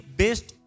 based